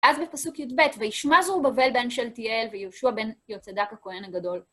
אז בפסוק י"ב, וישמע זרבבל בן־שלתיאל ויהושע בן־יהוצדק הכהן הגדול